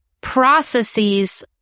processes